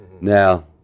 Now